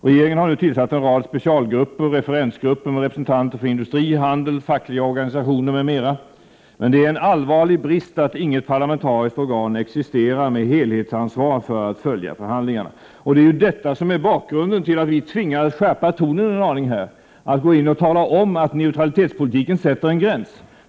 Regeringen har nu tillsatt en rad specialgrupper, referensgrupper med representanter för industri, handel, fackliga organisationer m.m. Det är en allvarlig brist att inget parlamentariskt organ med helhetsansvar för att följa förhandlingarna existerar. Det är detta som är bakgrunden till att vi har tvingats skärpa tonen en aning här och tala om att neutralitetspolitiken sätter en gräns.